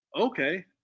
Okay